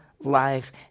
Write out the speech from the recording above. life